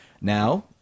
Now